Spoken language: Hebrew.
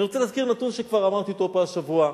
ואני רוצה להזכיר נתון שכבר אמרתי אותו פה השבוע: